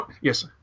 yes